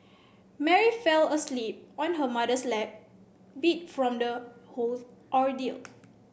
Mary fell asleep on her mother's lap beat from the whole ordeal